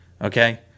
Okay